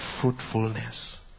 fruitfulness